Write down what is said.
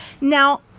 Now